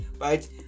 right